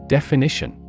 Definition